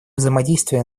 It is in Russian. взаимодействие